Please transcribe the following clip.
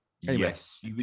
Yes